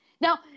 Now